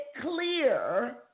clear